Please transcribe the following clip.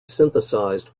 synthesized